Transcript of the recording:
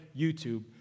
YouTube